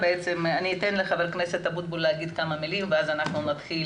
אתן לח"כ אבוטבול לומר כמה מילים ואז נתחיל